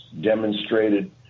demonstrated